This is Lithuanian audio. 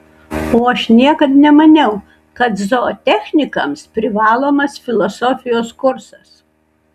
o aš niekad nemaniau kad zootechnikams privalomas filosofijos kursas